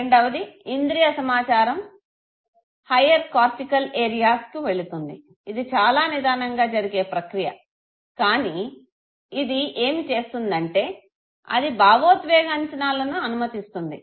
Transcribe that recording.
రెండవది ఇంద్రియ సమాచారం హయ్యర్ కోర్టికల్ ఏరియాస్ కు వెళుతుంది ఇది చాలా నిదానంగా జరిగే ప్రక్రియ కానీ ఇది ఏమి చేస్తుందంటే అది భావోద్వేగ అంచనాలను అనుమతిస్తుంది